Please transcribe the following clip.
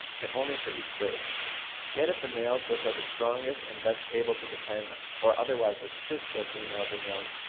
but only for each birth yet if the males which are the strongest and best able to defend or otherwise assist their females and young,